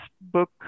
book